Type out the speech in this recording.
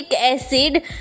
acid